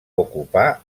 ocupar